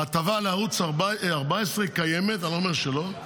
ההטבה לערוץ 14 קיימת, אני לא אומר שלא,